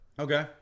Okay